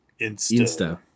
Insta